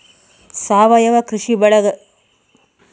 ಸಾವಯವ ಕೃಷಿ ಬಳಗಕ್ಕೆ ಸೇರ್ಲಿಕ್ಕೆ ಏನು ಮಾಡ್ಬೇಕು?